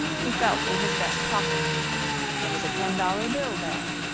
he felt in his vest pocket there was a ten-dollar bill there.